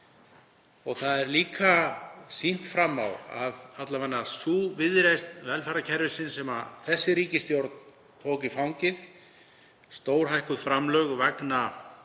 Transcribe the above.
Þar er líka sýnt fram á að alla vega sú viðreisn velferðarkerfisins sem þessi ríkisstjórn tók í fangið, stórhækkuð framlög vegna